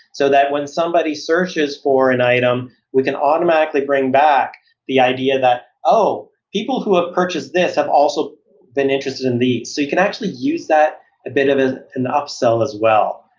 so that when somebody searches for an item we can automatically bring back the idea that, oh, people who have purchased this i've also been interested in these. so you can actually use that a bit of ah an up-sell as well.